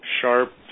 sharp